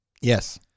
Yes